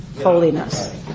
holiness